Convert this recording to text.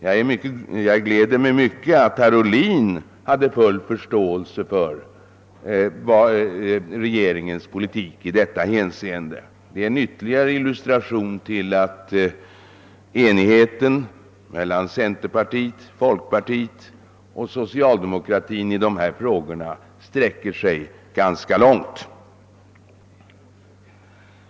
Jag gläder mig mycket åt att herr Ohlin har full förståelse för regeringens politik i detta hänseende. Det är en ytterligare illustration till att enigheten mellan centerpartiet, folkpartiet och socialdemokratin i dessa frågor sträcker sig ganska långt.